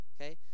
Okay